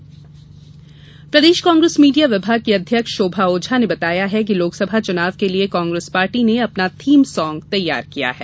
Congress theme song प्रदेश Congress media विभाग की अध्यक्ष शोभा ओझा ने बताया है कि लोकसभा चुनाव के लिये कांग्रेस पार्टी ने अपना थीम साँग तैयार किया है